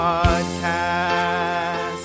Podcast